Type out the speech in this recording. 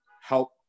help